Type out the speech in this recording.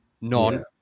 none